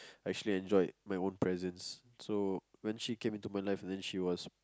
actually enjoyed my own presence so when she came into my life and she was